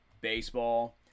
baseball